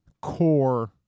core